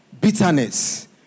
bitterness